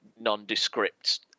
nondescript